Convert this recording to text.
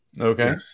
okay